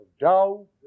doubt